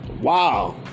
wow